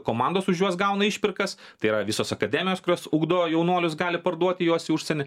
komandos už juos gauna išpirkas tai yra visos akademijos kurios ugdo jaunuolius gali parduoti juos į užsienį